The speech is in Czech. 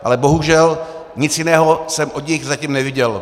Ale bohužel, nic jiného jsem od nich zatím neviděl.